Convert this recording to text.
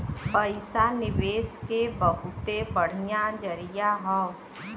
पइसा निवेस के बहुते बढ़िया जरिया हौ